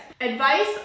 advice